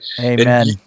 Amen